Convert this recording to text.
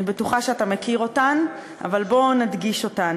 אני בטוחה שאתה מכיר אותן, אבל בוא נדגיש אותן: